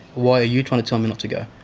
why are you trying to tell me not to go?